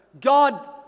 God